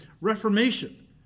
reformation